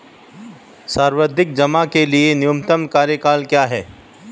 सावधि जमा के लिए न्यूनतम कार्यकाल क्या है?